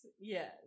Yes